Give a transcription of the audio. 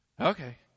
Okay